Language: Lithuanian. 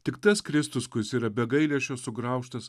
tik tas kristus kuris yra be gailesčio sugraužtas